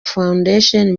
foundation